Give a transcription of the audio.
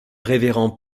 révérend